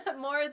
more